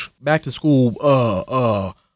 back-to-school